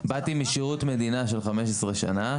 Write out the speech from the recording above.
אני באתי משירות המדינה של כ-15 שנה,